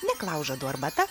neklaužadų arbata